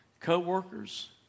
Coworkers